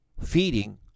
feeding